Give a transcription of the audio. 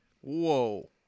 Whoa